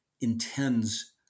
intends